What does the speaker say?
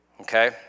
Okay